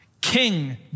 King